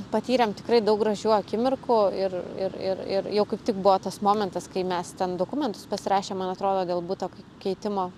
patyrėm tikrai daug gražių akimirkų ir ir ir ir jau kaip tik buvo tas momentas kai mes ten dokumentus pasirašėm man atrodo dėl buto keitimo